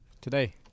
Today